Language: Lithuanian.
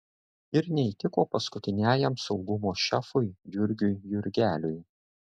ir neįtiko paskutiniajam saugumo šefui jurgiui jurgeliui